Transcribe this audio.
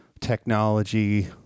technology